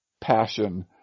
passion